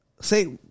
say